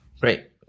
great